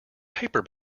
paper